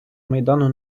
майдану